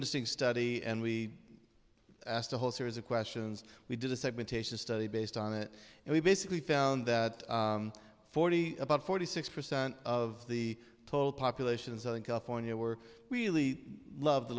interesting study and we asked a whole series of questions we did a segmentation study based on it and we basically found that forty about forty six percent of the total population in southern california were really love the